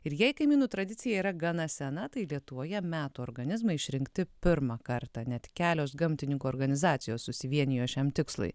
ir jei kaimynų tradicija yra gana sena tai lietuvoje metų organizmai išrinkti pirmą kartą net kelios gamtininkų organizacijos susivienijo šiam tikslui